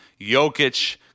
Jokic